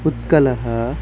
उत्कलः